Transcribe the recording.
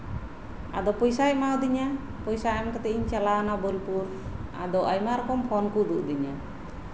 ᱟᱫᱚ ᱯᱚᱭᱥᱟᱭ ᱮᱢᱟᱣᱟᱫᱤᱧᱟ ᱯᱚᱭᱥᱟ ᱮᱢ ᱠᱟᱛᱮ ᱪᱟᱞᱟᱣᱤᱱᱟᱹᱧ ᱵᱳᱞᱯᱩᱨ ᱟᱫᱚ ᱟᱭᱢᱟ ᱨᱚᱠᱚᱢ ᱯᱷᱳᱱ ᱠᱚ ᱩᱫᱩᱜ ᱟᱹᱫᱤᱧᱟ